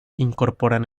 incorporan